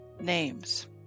names